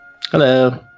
Hello